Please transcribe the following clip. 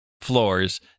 floors